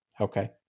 Okay